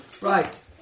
Right